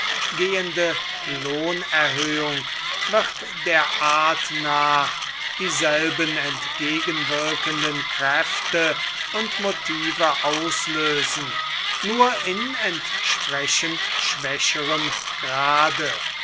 gehende lohnerhöhung wird der art nach dieselben entgegenwirkenden kräfte und motive auslösen nur in entsprechend schwächerem grade